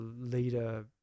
Leader